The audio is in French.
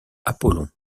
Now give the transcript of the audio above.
apollon